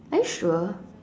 are you sure